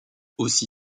aussi